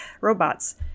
robots